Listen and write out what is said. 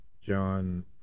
john